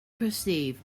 perceive